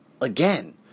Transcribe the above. again